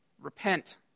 repent